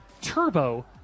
Turbo